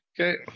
Okay